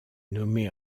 nommé